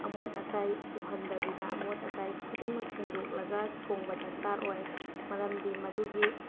ꯑꯃꯣꯠ ꯑꯀꯥꯏ ꯎꯍꯟꯗꯕꯤꯗ ꯑꯃꯣꯠ ꯑꯀꯥꯏ ꯈꯨꯗꯤꯡꯃꯛ ꯁꯦꯡꯗꯣꯛꯂꯒ ꯊꯣꯡꯕ ꯗꯔꯀꯥꯔ ꯑꯣꯏ ꯃꯔꯝꯗꯤ ꯃꯗꯨꯒꯤ